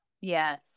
Yes